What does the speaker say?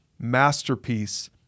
masterpiece